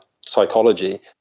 psychology